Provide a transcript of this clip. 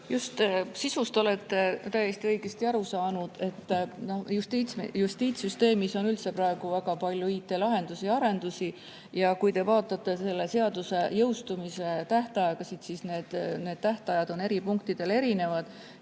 Just, sisust olete täiesti õigesti aru saanud. Justiitssüsteemis on praegu üldse väga palju IT‑lahendusi ja -arendusi. Kui te vaatate selle seaduse jõustumise tähtaegasid, siis need tähtajad on eri punktidel erinevad